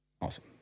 Awesome